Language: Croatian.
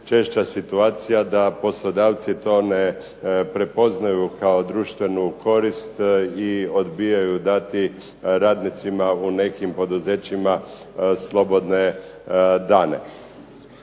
češća situacija da poslodavci to ne prepoznaju kao društvenu korist i odbijaju dati radnicima u nekim poduzećima slobodne dane.